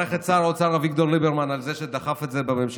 לברך את שר האוצר אביגדור ליברמן על זה שדחף את זה בממשלה.